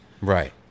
Right